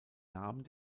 namen